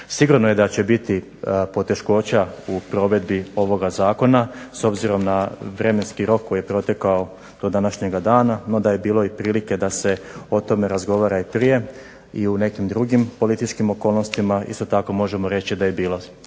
Sigurno je da će biti poteškoća u provedbi ovog zakona s obzirom na vremenski rok koji je protekao do današnjeg dana. No da je bilo i prilike da se o tome razgovara i prije u nekim drugim političkim okolnostima, isto tako možemo reći da je bilo.